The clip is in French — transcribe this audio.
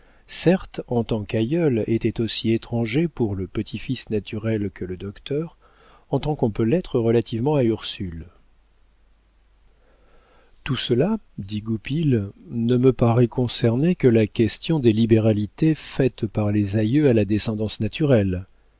en tant qu'aïeul était aussi étranger pour le petit-fils naturel que le docteur en tant qu'on peut l'être relativement à ursule tout cela dit goupil ne me paraît concerner que la question des libéralités faites par les aïeux à la descendance naturelle